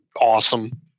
awesome